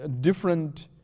different